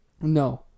No